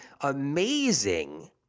amazing